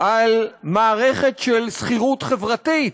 על מערכת של שכירות חברתית,